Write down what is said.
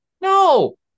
No